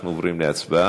אנחנו עוברים להצבעה.